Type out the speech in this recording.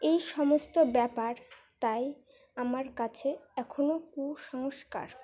এই সমস্ত ব্যাপার তাই আমার কাছে এখনও কুসংস্কার